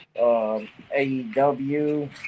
AEW